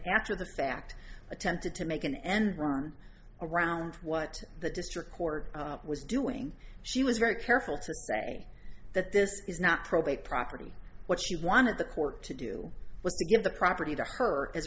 after the fact attempted to make an end run around what the district court was doing she was very careful to say that this is not probate property what she wanted the court to do was to give the property to her as